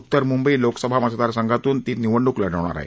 उत्तर मुंबई लोकसभा मतदारसंघातून ती निवडणूक लढवणार आहे